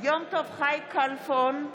יום טוב חי כלפון,